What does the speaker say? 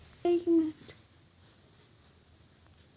company नौकरीर तन्ख्वाह दिबार त न चेकेर इस्तमाल कर छेक